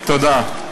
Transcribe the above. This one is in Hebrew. תודה.